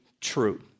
true